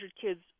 kids